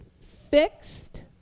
fixed